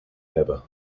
hebben